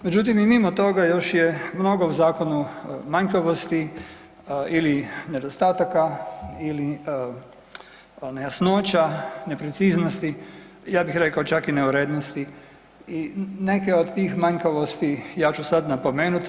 Međutim, i mimo toga još je mnogo u zakonu manjkavosti ili nedostataka ili nejasnoća, nepreciznosti, ja bih rekao čak i neurednosti i neke od tih manjkavosti ja ću sad napomenut.